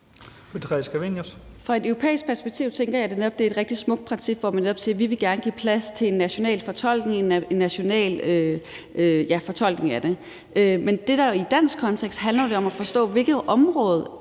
Fra et europæisk perspektiv tænker jeg netop at det er et rigtig smukt princip, hvor man siger, at man gerne vil give plads til en national fortolkning af det. Men i dansk kontekst handler det om at forstå, hvilket område